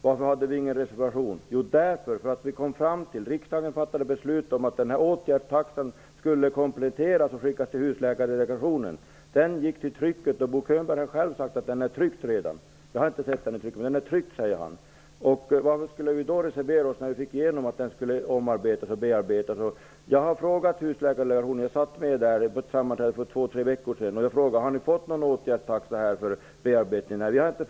Vi hade ingen reservation när det gällde åtgärdstaxan i december därför att riksdagen fattade beslut om att den frågan skulle skickas till Könberg har sagt att detta har gjorts. Varför skulle vi reservera oss när vi fick igenom kravet att förslaget om åtgärdstaxa skulle bearbetas? Jag satt med på ett sammanträde i Husläkardelegationen för två tre veckor sedan, och jag frågade om man hade fått åtgärdstaxan för bearbetning. Det hade man inte.